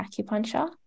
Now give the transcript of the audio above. acupuncture